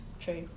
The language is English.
true